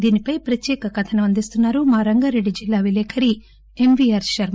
దీనిపై ప్రత్యేక కథనం అందిస్తున్నారు మా రంగారెడ్డి జిల్లా విలేకరి ఎంవీఆర్ శర్మ